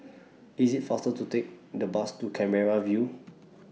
IT IS faster to Take The Bus to Canberra View